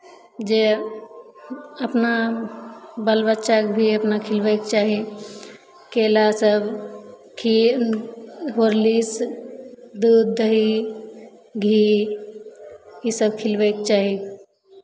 जे अपना बाल बच्चाके भी अपना खिलबैके चाही केला सभ खीर हॉरलिक्स दूध दही घी इसभ खिलबैके चाही